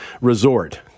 resort